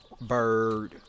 bird